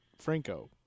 Franco